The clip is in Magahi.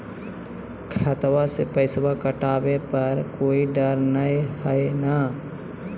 खतबा से पैसबा कटाबे पर कोइ डर नय हय ना?